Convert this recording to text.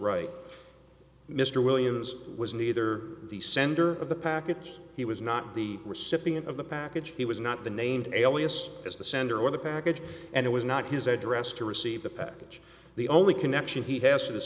right mr williams was neither the sender of the package he was not the recipient of the package he was not the named alias as the sender or the package and it was not his address to receive the package the only connection he has to this